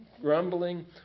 grumbling